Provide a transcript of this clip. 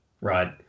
right